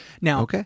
Now